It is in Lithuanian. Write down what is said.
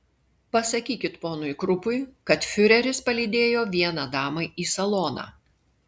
pasakykit ponui krupui kad fiureris palydėjo vieną damą į saloną